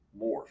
morph